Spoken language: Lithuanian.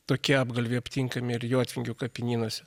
tokie apgalviai aptinkami ir jotvingių kapinynuose